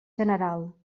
general